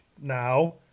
now